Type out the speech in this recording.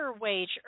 wage